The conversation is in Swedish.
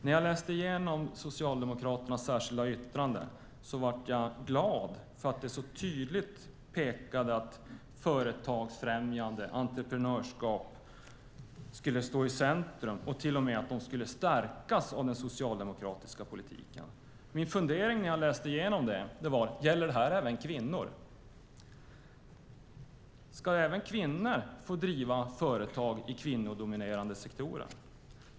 När jag läste igenom Socialdemokraternas särskilda yttrande blev jag glad eftersom det så tydligt pekade mot att företagsfrämjande och entreprenörskap skulle stå i centrum och till och med stärkas av den socialdemokratiska politiken. Min fundering när jag läste igenom det var: Gäller detta även kvinnor? Ska även kvinnor få driva företag i kvinnodominerade sektorer?